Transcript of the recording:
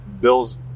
Bill's